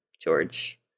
George